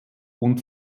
und